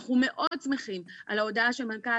אנחנו מאוד שמחים על ההודעה של מנכ"ל